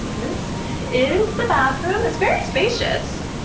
this is the bathroom. it's very spacious.